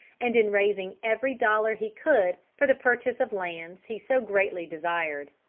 and in raising every dollar he could for the purchase of lands he so greatly desired.